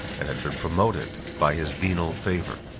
and had been promoted by his venal favor.